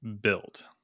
built